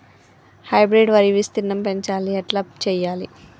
Hybrid వరి విస్తీర్ణం పెంచాలి ఎట్ల చెయ్యాలి?